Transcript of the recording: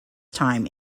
time